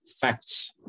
facts